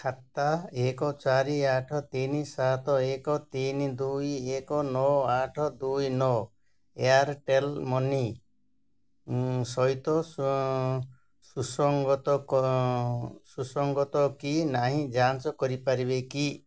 ଖାତା ଏକ ଚାରି ଆଠ ତିନି ସାତ ଏକ ତିନି ଦୁଇ ଏକ ନଅ ଆଠ ଦୁଇ ନଅ ଏୟାରଟେଲ୍ ମନି ସହିତ ସୁସଂଗତ ସୁସଂଗତ କି ନାହିଁ ଯାଞ୍ଚ କରିପାରିବେ କି